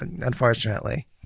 unfortunately